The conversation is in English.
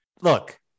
Look